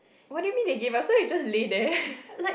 what do you mean they gave us so you just lay there